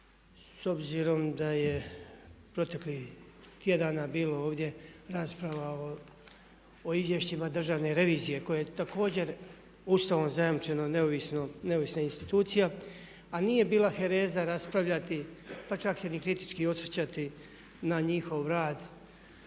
s obzirom da je proteklih tjedana bilo ovdje rasprava o izvješćima Državne revizije koja je također Ustavom zajamčeno neovisna institucija a nije bila hereza raspravljati pa čak se ni kritički osvrtati na njihov rad